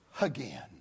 again